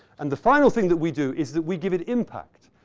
and the final thing that we do is that we give it impact.